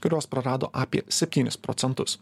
kurios prarado apie septynis procentus